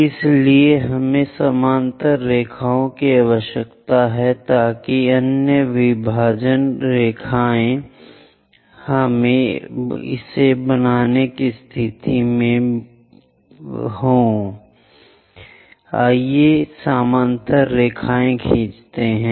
इसलिए हमें समानांतर रेखाओं की आवश्यकता है ताकि अन्य विभाजन रेखाएं हम इसे बनाने की स्थिति में हों एक समानांतर रेखा खींच सकें